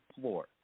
floor